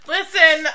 Listen